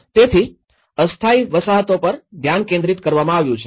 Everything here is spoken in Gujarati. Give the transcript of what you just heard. તેથી અસ્થાયી વસાહતો પર ધ્યાન કેન્દ્રિત કરવામાં આવ્યું છે